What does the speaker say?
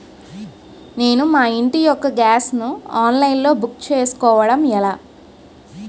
నేను మా ఇంటి యెక్క గ్యాస్ ను ఆన్లైన్ లో బుక్ చేసుకోవడం ఎలా?